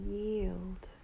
yield